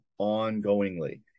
ongoingly